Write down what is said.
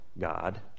God